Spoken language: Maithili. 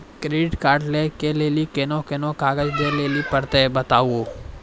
क्रेडिट कार्ड लै के लेली कोने कोने कागज दे लेली पड़त बताबू?